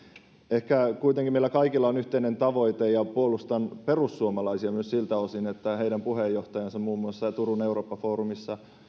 ehkä kuitenkin meillä kaikilla on yhteinen tavoite ja puolustan perussuomalaisia myös siltä osin että heidän puheenjohtajansa muun muassa turun eurooppa foorumissa